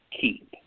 keep